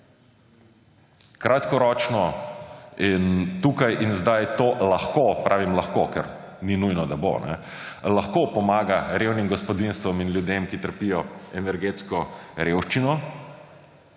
Kratkoročno in tukaj in sedaj to lahko – pravim lahko, ker ni nujno, da bo – pomaga revnim gospodinjstvom in ljudem, ki trpijo energetsko revščino,